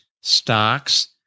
stocks